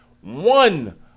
one